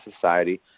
Society